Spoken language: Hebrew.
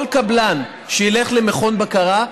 כל קבלן שילך למכון בקרה,